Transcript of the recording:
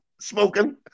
Smoking